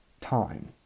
time